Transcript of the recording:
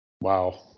Wow